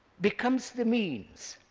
becomes the means,